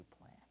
plan